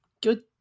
Good